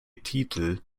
titel